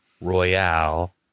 Royale